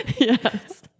Yes